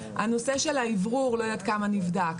הנושא של האוורור, לא יודעת כמה נבדק.